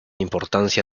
importancia